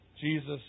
Jesus